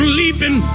leaping